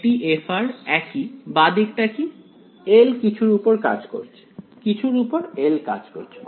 এটি f একই বাঁ দিকটা কি L কিছুর উপর কাজ করছে কিছুর ওপর L কাজ করছে